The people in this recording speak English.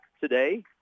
today